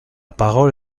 parole